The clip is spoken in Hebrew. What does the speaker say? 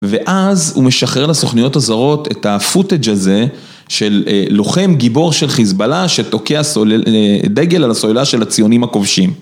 ואז הוא משחרר לסוכניות הזרות את הפוטג' הזה של לוחם גיבור של חיזבאללה שתוקע דגל על הסוללה של הציונים הכובשים